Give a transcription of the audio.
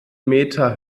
meter